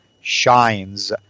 shines